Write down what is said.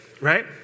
right